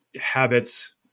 habits